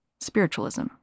spiritualism